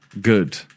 good